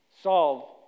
solve